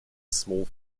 small